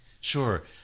Sure